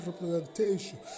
representation